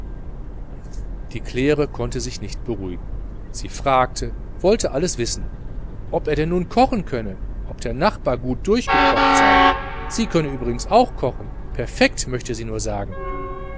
die claire konnte sich nicht beruhigen sie fragte wollte alles wissen ob er denn nun kochen könne ob der nachbar gut durchgekocht sei sie könne übrigens kochen perfekt möchte sie nur sagen